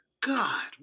God